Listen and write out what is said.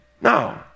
No